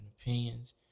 opinions